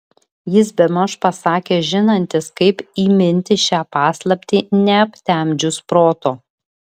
jis bemaž pasakė žinantis kaip įminti šią paslaptį neaptemdžius proto